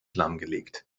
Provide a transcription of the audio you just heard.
lahmgelegt